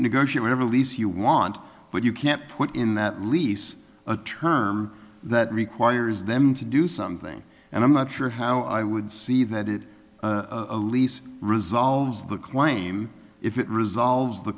negotiate whatever lease you want but you can't put in that lease a term that requires them to do something and i'm not sure how i would see that it elise resolves the claim if it resolves the